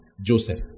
Joseph